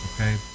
Okay